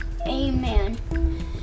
Amen